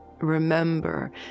remember